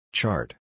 Chart